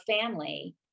family